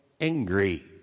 angry